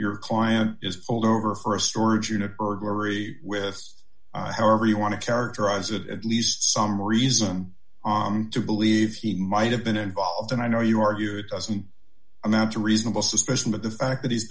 your client is over for a storage unit burglary with however you want to characterize it at least some reason to believe he might have been involved and i know you argue it doesn't amount to reasonable suspicion but the fact that he's